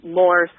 more